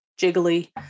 jiggly